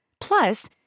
Plus